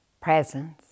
presence